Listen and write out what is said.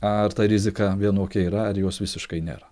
ar ta rizika vienokia yra ar jos visiškai nėra